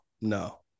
no